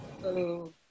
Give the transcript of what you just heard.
Hello